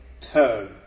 turn